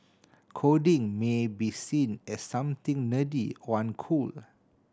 coding may be seen as something nerdy or uncool